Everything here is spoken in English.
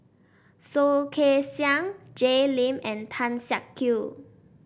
Soh Kay Siang Jay Lim and Tan Siak Kew